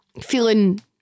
feeling